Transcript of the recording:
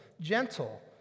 gentle